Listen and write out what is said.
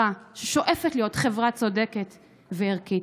בחברה ששואפת להיות חברה צודקת וערכית.